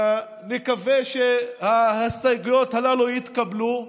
ונקווה שההסתייגויות הללו יתקבלו,